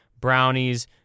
brownies